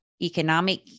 economic